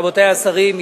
רבותי השרים,